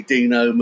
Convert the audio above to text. Dino